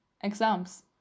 exams